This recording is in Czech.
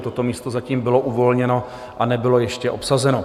Toto místo zatím bylo uvolněno a nebylo ještě obsazeno.